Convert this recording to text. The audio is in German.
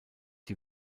die